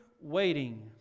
waiting